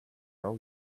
are